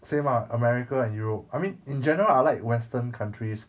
same ah america and europe I mean in general I like western countries